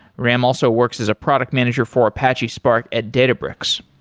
ram also works as a product manager for apache spark at databricks.